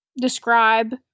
describe